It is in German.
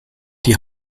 die